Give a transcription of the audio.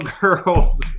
girls